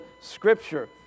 scripture